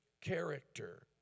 character